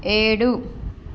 ఏడు